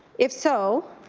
if so,